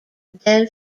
del